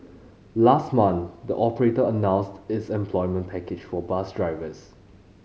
last month the operator announced its employment package for bus drivers